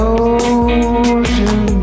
ocean